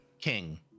king